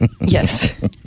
Yes